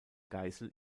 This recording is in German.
geisel